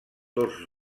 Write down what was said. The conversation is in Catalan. tots